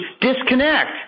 disconnect